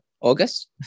August